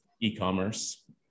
e-commerce